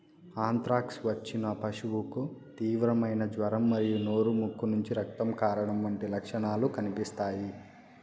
anthrax వచ్చిన పశువుకు తీవ్రమైన జ్వరం మరియు నోరు, ముక్కు నుంచి రక్తం కారడం వంటి లక్షణాలు కనిపిస్తాయి